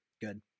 Good